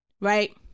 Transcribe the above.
Right